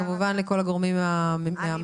וכמובן לכל הגורמים מהממשלה.